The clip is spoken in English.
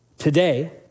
Today